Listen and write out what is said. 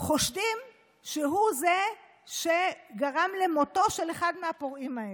חושדים שהוא שגרם למותו של אחד מהפורעים האלה.